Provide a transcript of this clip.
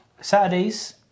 Saturdays